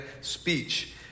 Speech